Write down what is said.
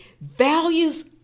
values